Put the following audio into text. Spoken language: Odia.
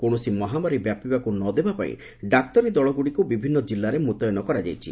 କୌଣସି ମହାମାରୀ ବ୍ୟାପିବାକୁ ନ ଦେବାପାଇଁ ଡାକ୍ତରୀ ଦଳଗୁଡ଼ିକୁ ବିଭିନ୍ନ କିଲ୍ଲାରେ ମୁତୟନ କରାଯାଇଛି